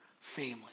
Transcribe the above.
family